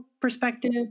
perspective